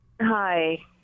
hi